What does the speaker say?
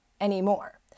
anymore